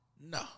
No